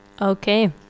okay